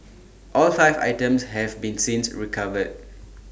all five items have been since recovered